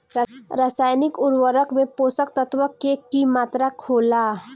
रसायनिक उर्वरक में पोषक तत्व के की मात्रा होला?